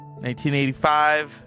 1985